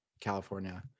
California